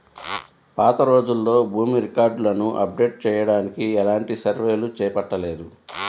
పాతరోజుల్లో భూమి రికార్డులను అప్డేట్ చెయ్యడానికి ఎలాంటి సర్వేలు చేపట్టలేదు